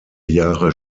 jahre